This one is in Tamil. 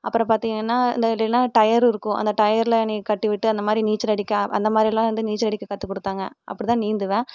அப்புறம் பார்த்திங்கன்னா இந்த இல்லைன்னா டயர்ரு இருக்கும் அந்த டயர்ல என்னை கட்டிவிட்டு அந்தமாதிரி நீச்சல் அடிக்க அந்தமாதிரியெல்லாம் வந்து நீச்சல் அடிக்க கத்துக்கொடுத்தாங்க அப்படிதான் நீந்துவேன்